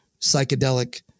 psychedelic